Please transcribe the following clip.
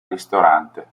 ristorante